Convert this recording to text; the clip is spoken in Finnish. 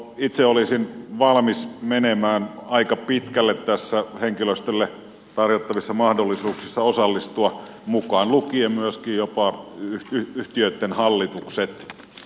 itse olisin valmis menemään aika pitkälle näissä henkilöstölle tarjottavissa mahdollisuuksissa osallistua mukaan lukien myöskin jopa yhtiöitten hallitukset